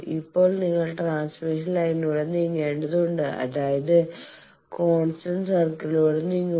ഇപ്പോൾ നിങ്ങൾ ട്രാൻസ്മിഷൻ ലൈനിലൂടെ നീങ്ങേണ്ടതുണ്ട് അതായത് കോൺസ്റ്റന്റ് VSWR സർക്കിളിലൂടെ നീങ്ങുക